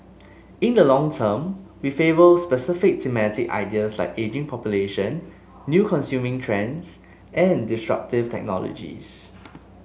in the long term we favour specific thematic ideas like ageing population new consuming trends and disruptive technologies